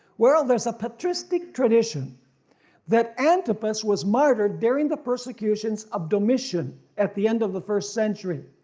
well there's a patristic tradition that antipas was martyred during the persecutions of domitian at the end of the first century.